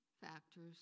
factors